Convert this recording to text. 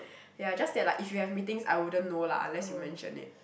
ya just that like if you have meetings I wouldn't know lah unless you mention it